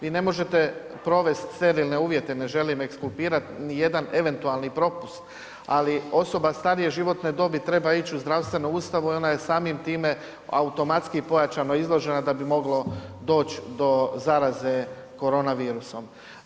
Vi ne možete provest sterilne uvjete, ne želim ekskulpirat nijedan eventualni propust ali osoba starije životne dobi treba ić u zdravstvenu ustanovu i ona je samim time automatski pojačano izložena da bi moglo doć do zaraze korona virusom.